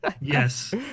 Yes